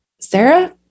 Sarah